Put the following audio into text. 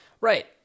right